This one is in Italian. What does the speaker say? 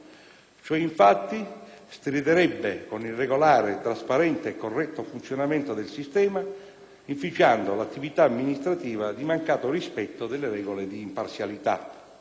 Ciò, infatti, striderebbe con il regolare, trasparente e corretto funzionamento del sistema, inficiando l'attività amministrativa di mancato rispetto delle regole di imparzialità.